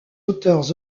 auteurs